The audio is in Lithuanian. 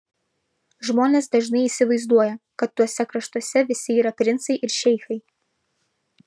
žmonės dažnai įsivaizduoja kad tuose kraštuose visi yra princai ir šeichai